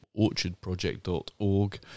orchardproject.org